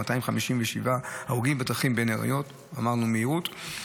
257 הרוגים בדרכים בין-עירוניות כתוצאה ממהירות.